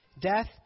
death